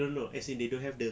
no no as in they don't have the